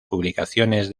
publicaciones